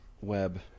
web